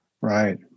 Right